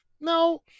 no